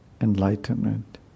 enlightenment